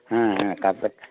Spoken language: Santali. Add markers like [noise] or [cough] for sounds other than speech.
ᱦᱮᱸ ᱦᱮᱸ [unintelligible]